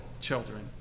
children